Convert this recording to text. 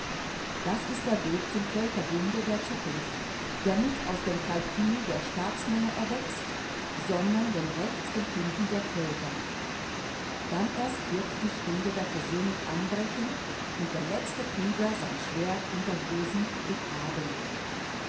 das ist der weg zum völkerbunde der zukunft der nicht aus dem kalkül der staatsmänner erwächst sondern dem rechtsempfinden der völker dann erst wird die stunde der versöhnung anbrechen und der letzte krieger sein schwert unter rosen begraben